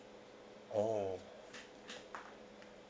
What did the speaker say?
oh